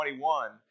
21